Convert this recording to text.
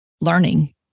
learning